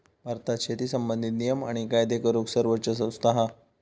भारतात शेती संबंधित नियम आणि कायदे करूक सर्वोच्च संस्था हा